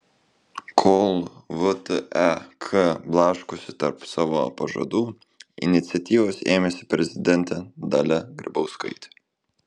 kol vtek blaškosi tarp savo pažadų iniciatyvos ėmėsi prezidentė dalia grybauskaitė